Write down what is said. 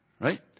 right